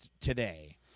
today